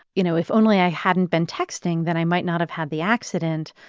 you know, if only i hadn't been texting, then i might not have had the accident,